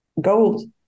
gold